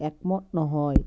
একমত নহয়